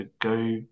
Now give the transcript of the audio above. go